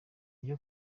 kandi